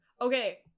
Okay